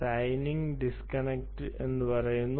sending disconnect എന്ന് പറയുന്നു